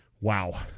wow